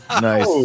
Nice